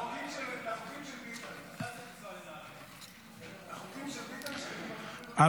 חוק לשכת עורכי הדין (תיקון מס' 43),